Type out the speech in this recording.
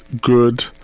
good